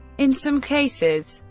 in some cases,